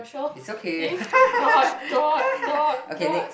it's okay okay next